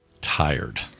tired